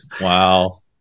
Wow